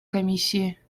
комиссии